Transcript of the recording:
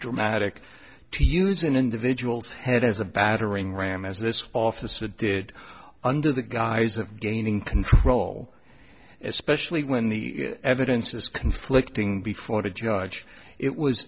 dramatic to use an individual's head as a battering ram as this officer did under the guise of gaining control especially when the evidence is conflicting before the judge it was